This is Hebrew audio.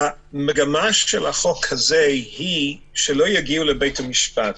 המגמה של החוק הזה היא שלא יגיעו לבית המשפט.